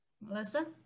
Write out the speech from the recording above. Melissa